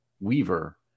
Weaver